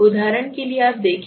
उदाहरण के लिए आप देखें